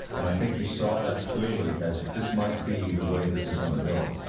and i think he saw that clearly as this might be the way this is going to go.